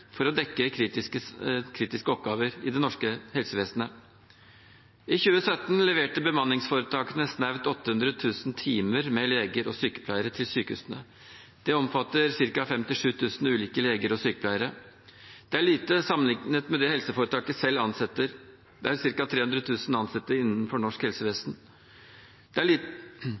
for å dekke kritiske oppgaver i det norske helsevesenet. I 2017 leverte bemanningsforetakene snaut 800 000 lege- og sykepleiertimer til sykehusene. Det omfatter ca. 57 000 ulike leger og sykepleiere. Det er lite sammenliknet med det helseforetakene selv ansetter; det er ca. 300 000 ansatte innenfor norsk helsevesen. Samtidig er